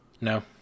No